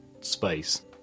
space